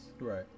Right